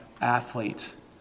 athletes